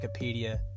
wikipedia